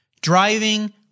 driving